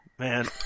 Man